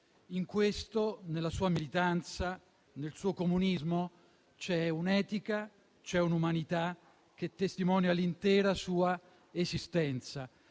In questo, nella sua militanza, nel suo comunismo, c'è un'etica, c'è un'umanità che testimonia l'intera sua esistenza.